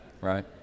right